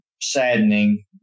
saddening